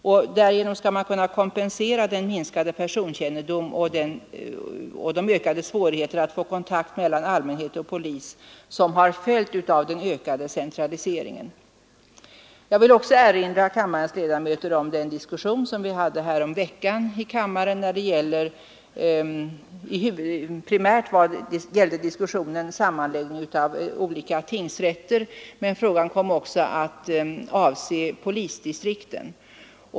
På det viset skall man kunna kompensera den minskade personkännedom och de stegrade svårigheter att få kontakt mellan allmänhet och polis som har följt av den ökade centraliseringen. Jag vill också erinra kammarens ledamöter om den diskussion som vi förde häromveckan. Primärt gällde debatten sammanläggning av olika tingsrätter, men den kom också att avse polisdistrikten.